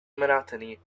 monotony